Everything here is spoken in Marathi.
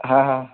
हां हां